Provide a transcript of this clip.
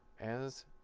as